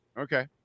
Okay